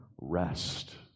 rest